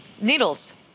needles